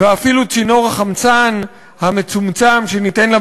ואפילו צינור החמצן המצומצם שניתן לה